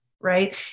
right